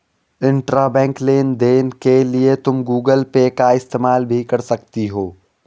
intrabank लेन देन के लिए तुम गूगल पे का इस्तेमाल भी कर सकती हो